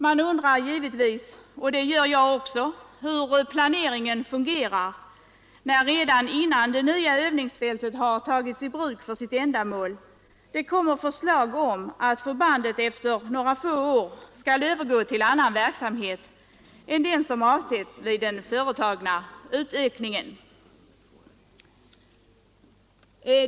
Man undrar givetvis hur planeringen fungerar när det — redan innan det nya övningsfältet har tagits i bruk för sitt ändamål — läggs fram förslag om att förbandet efter några få år skall övergå till annan verksamhet än den som avsetts då utökningen planerades.